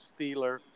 Steeler